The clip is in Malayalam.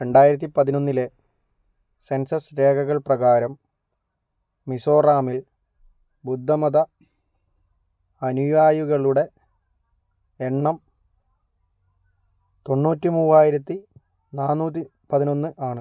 രണ്ടായിരത്തി പതിനൊന്നിലെ സെൻസസ് രേഖകള് പ്രകാരം മിസോറാമിൽ ബുദ്ധമത അനുയായികളുടെ എണ്ണം തൊണ്ണൂറ്റി മൂവായിരത്തി നാനൂറ്റി പതിനൊന്ന് ആണ്